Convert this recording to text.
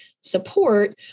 support